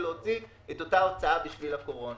להוציא את אותה הוצאה בשביל הקורונה.